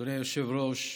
אדוני היושב-ראש,